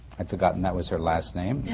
i had forgotten that was her last name,